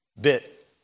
bit